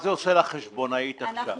מה זה עושה לחשבונאות עכשיו?